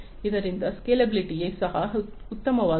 ಆದ್ದರಿಂದ ಸ್ಕೇಲೆಬಿಲಿಟಿ ಸಹ ಉತ್ತಮವಾಗಿದೆ